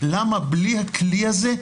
למה בלי הכלי הזה,